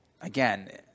Again